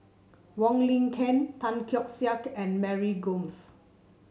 Wong Lin Ken Tan Keong Saik and Mary Gomes